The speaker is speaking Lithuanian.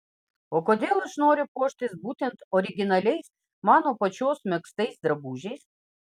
o kodėl aš noriu puoštis būtent originaliais mano pačios megztais drabužiais